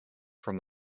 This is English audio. from